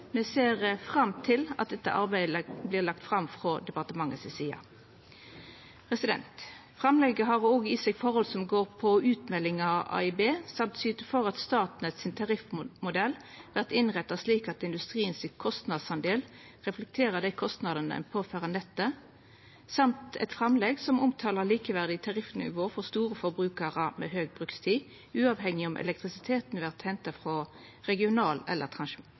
Me ser fram til at dette arbeidet vert lagt fram frå departementet si side. Framlegget har òg i seg forhold som går på utmelding av AIB, og å syta for at Statnett sin tariffmodell vert innretta slik at industrien sin kostnadsdel reflekterer dei kostnadene den påfører nettet, og eit framlegg som omtalar likeverdig tariffnivå for store forbrukarar med høg brukstid, uavhengig av om elektrisiteten vert henta frå regional- eller